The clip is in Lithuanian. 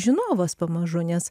žinovas pamažu nes